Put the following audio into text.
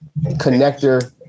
connector